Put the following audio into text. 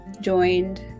joined